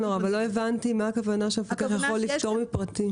מה הכוונה שהמפקח יכול לפטור מפרטים.